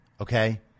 okay